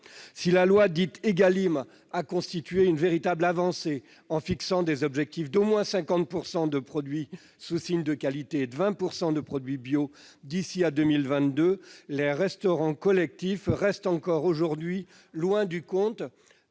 durable, dite Égalim, a constitué une véritable avancée puisqu'elle a fixé des objectifs d'au moins 50 % de produits sous signe de qualité et de 20 % de produits bio d'ici à 2022, les restaurants collectifs restent encore aujourd'hui loin du compte,